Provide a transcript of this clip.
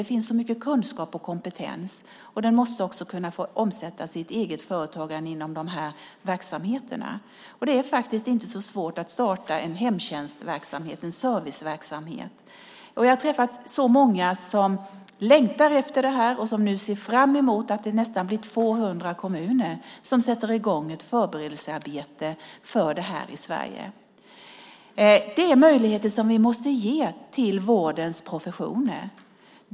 Det finns så mycket kunskap och kompetens. Den måste också kunna få omsättas i ett eget företagande inom dessa verksamheter. Det är inte så svårt att starta en hemtjänstverksamhet, en serviceverksamhet. Jag har träffat så många som längtar efter detta och som ser fram emot att det nästan blir 200 kommuner som sätter i gång ett förberedelsearbete för detta. Det är möjligheter som vi måste ge till vårdens professioner.